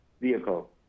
Vehicle